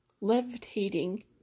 levitating